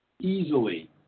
easily